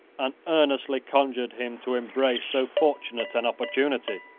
and earnestly conjured him to embrace so fortunate an opportunity.